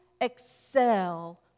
excel